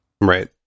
Right